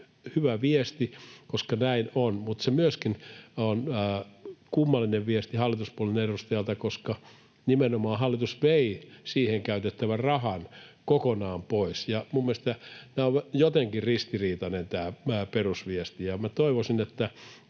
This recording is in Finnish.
hyvä viesti, että näin on, mutta se on myöskin kummallinen viesti hallituspuolueen edustajalta, koska nimenomaan hallitus vei siihen käytettävän rahan kokonaan pois. Mielestäni tämä on jotenkin ristiriitainen